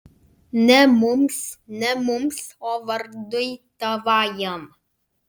ne mums ne mums o vardui tavajam